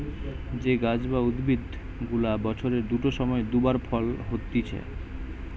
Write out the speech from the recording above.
যে গাছ বা উদ্ভিদ গুলা বছরের দুটো সময় দু বার ফল হতিছে